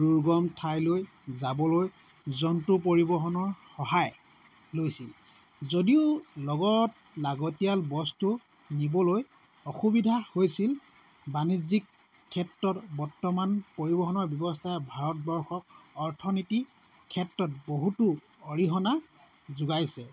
দুৰ্গম ঠাইলৈ যাবলৈ জন্তু পৰিবহনৰ সহায় লৈছিল যদিও লগত লাগতিয়াল বস্তু নিবলৈ অসুবিধা হৈছিল বাণিজ্যিক ক্ষেত্ৰত বৰ্তমান পৰিবহনৰ ব্যৱস্থা ভাৰতবৰ্ষত অৰ্থনীতি ক্ষেত্ৰত বহুতো অৰিহনা যোগাইছে